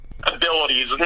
Abilities